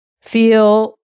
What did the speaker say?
feel